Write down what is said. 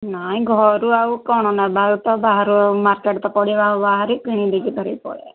ନାଇଁ ଘରୁ ଆଉ କ'ଣ ନୋବା ତ ବାହାରୁ ମାର୍କେଟ୍ ତ ପଡ଼ିବ ଆଉ ବାହାରେ କିଣି ଦେଇକି ଧରି ପଳେଇବା